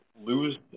Lose